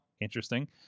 Interesting